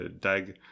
Dag